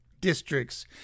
districts